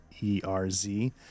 E-R-Z